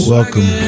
Welcome